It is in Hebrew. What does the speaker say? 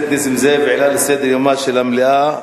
נסים זאב העלה על סדר-יומה של המליאה,